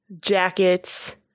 jackets